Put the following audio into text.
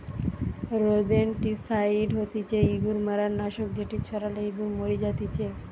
rodenticide হতিছে ইঁদুর মারার নাশক যেটি ছড়ালে ইঁদুর মরি জাতিচে